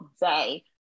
day